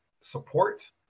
support